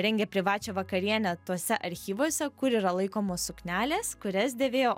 rengė privačią vakarienę tuose archyvuose kur yra laikomos suknelės kurias dėvėjo